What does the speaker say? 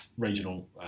Regional